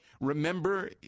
Remember